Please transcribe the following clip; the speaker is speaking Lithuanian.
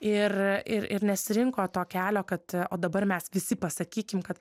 ir ir ir nesirinko to kelio kad o dabar mes visi pasakykim kad